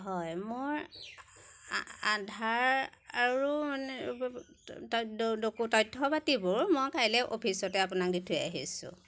হয় মোৰ আ আধাৰ আৰু মানে ত ত ড ডকু তথ্য পাতিবোৰ মই কাইলৈ অফিচতে আপোনাক দি থৈ আহিছোঁ